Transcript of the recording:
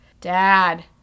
Dad